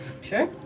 Sure